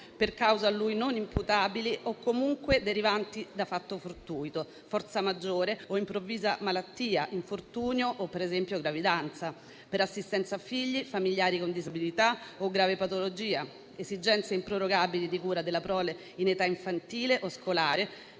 per cause a lui non imputabili, o comunque derivanti da fatto fortuito, forza maggiore o improvvisa malattia, infortunio o, per esempio, gravidanza; per assistenza a figli, familiari con disabilità o grave patologia; esigenze improrogabili di cura della prole in età infantile o scolare